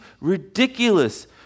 ridiculous